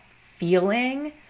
feeling